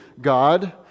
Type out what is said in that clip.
God